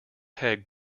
head